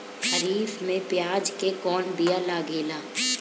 खरीफ में प्याज के कौन बीया लागेला?